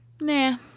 Nah